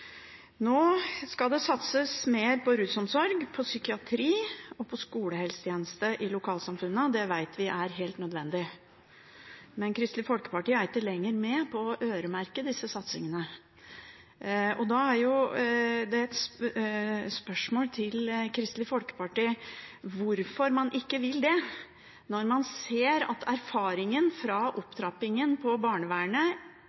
Nå skal det satses mer på rusomsorg, psykiatri og skolehelsetjeneste i lokalsamfunnet, og det vet vi er helt nødvendig. Men Kristelig Folkeparti er ikke lenger med på å øremerke disse satsingene. Da er spørsmålet til Kristelig Folkeparti: Hvorfor vil man ikke det når man ser av erfaringen fra